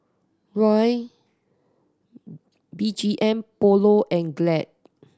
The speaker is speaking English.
Raoul B G M Polo and Glad